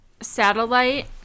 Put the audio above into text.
satellite